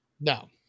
No